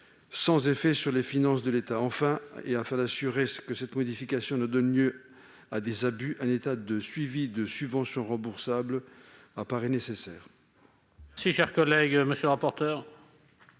sans effet sur les finances de l'État. Enfin, afin de s'assurer que cette modification ne donne pas lieu à des abus, un état de suivi des subventions remboursables paraît nécessaire.